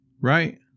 Right